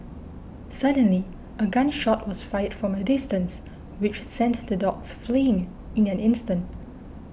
suddenly a gun shot was fired from a distance which sent the dogs fleeing in an instant